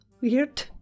weird